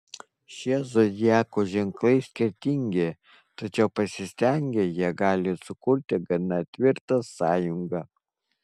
šie zodiako ženklai skirtingi tačiau pasistengę jie gali sukurti gana tvirtą sąjungą